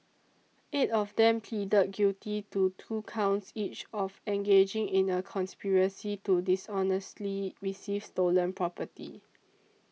eight of them pleaded guilty to two counts each of engaging in a conspiracy to dishonestly receive stolen property